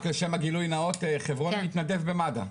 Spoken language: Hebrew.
רק לשם הגילוי נאות, חברוני התנדב במד"א.